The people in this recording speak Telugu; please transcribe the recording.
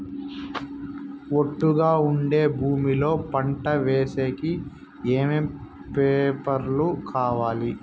ఒట్టుగా ఉండే భూమి లో పంట వేసేకి ఏమేమి పేపర్లు కావాలి?